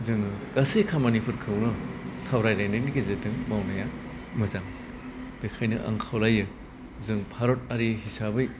जोङो गासै खामानिफोरखौनो सावरायलायनायनि गेजेरजों मावनाया मोजां बेखायनो आं खावलायो जों भारतारि हिसाबै